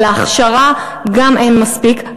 אבל להכשרה גם אין מספיק,